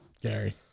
Gary